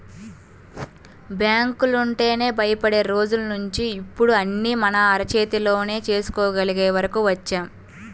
బ్యాంకులంటేనే భయపడే రోజుల్నించి ఇప్పుడు అన్నీ మన అరచేతిలోనే చేసుకోగలిగే వరకు వచ్చాం